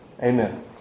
Amen